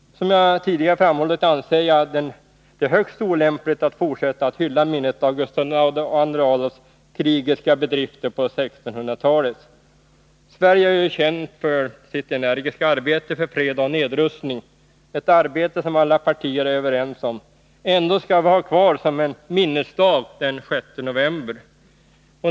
Som jag tidigare har framhållit anser jag det högst olämpligt att fortsätta att hylla minnet av Gustav II Adolfs krigiska bedrifter på 1600-talet. Sverige är ju känt för sitt energiska arbete för fred och nedrustning — ett arbete som alla partier är överens om. Ändå skall vi ha kvar den 6 november som en minnesdag.